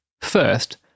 First